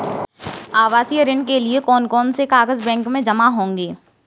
आवासीय ऋण के लिए कौन कौन से कागज बैंक में जमा होंगे?